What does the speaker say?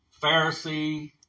Pharisee